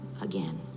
again